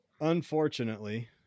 unfortunately